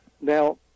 Now